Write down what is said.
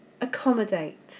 accommodate